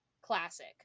Classic